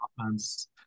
offense